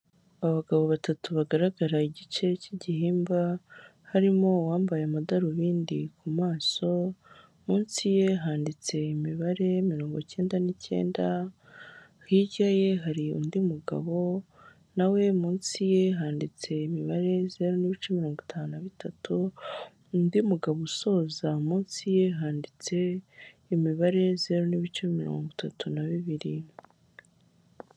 Abagabo batatu bagaragara igice cy'igihimba, harimo uwambaye amadarubindi ku maso munsi ye handitse imibare mirongo icyenda n'icyenda, hirya ye hari undi mugabo nawe munsi ye handitse imibare zeru n'ibice mirongo itanu na bitatu, undi mugabo usoza munsi ye handitse imibare zeru n'ibice mirongo itatu na bibiri.